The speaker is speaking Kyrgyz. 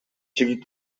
жигит